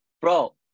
bro